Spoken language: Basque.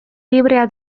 librea